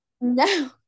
no